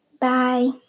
Bye